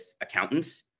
accountants